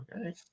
Okay